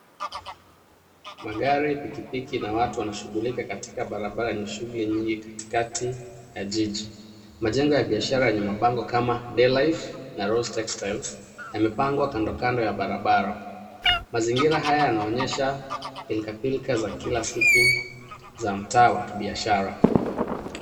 Magari, pikipiki na watu wanashughulika katika barabara yenye shughuli nyingi katikati ya jiji. Majengo ya biashara yenye mabango kama Day Life na Rose Textiles ,yamepangwa kandokando ya barabara. Mazingira haya yanaonyesha pilkapilka za kila siku za mtaa wa kibiashara.